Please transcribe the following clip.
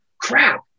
crap